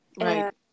Right